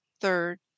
third